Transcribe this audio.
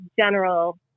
general